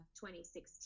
2016